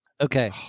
Okay